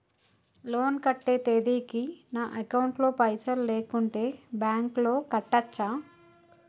Loan కట్టే తేదీకి నా అకౌంట్ లో పైసలు లేకుంటే బ్యాంకులో కట్టచ్చా?